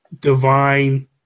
divine